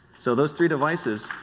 so those three devices,